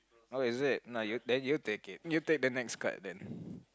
oh is it nah you then you take it you take the next card then